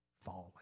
fallen